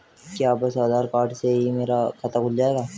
क्या बस आधार कार्ड से ही मेरा खाता खुल जाएगा?